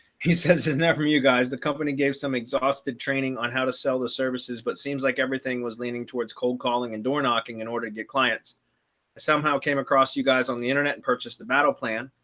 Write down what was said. he says in that from you guys, the company gave some exhausted training on how to sell the services, but seems like everything was leaning towards cold calling and door knocking in order to get clients somehow came across you guys on the internet purchased the battle plan.